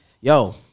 Yo